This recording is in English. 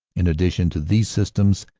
in addition to these systems,